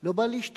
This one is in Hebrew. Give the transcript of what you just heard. לא בא להשתתף.